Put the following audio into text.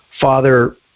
father